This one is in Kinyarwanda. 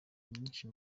inyinshi